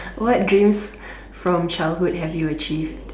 what dreams from childhood have you achieved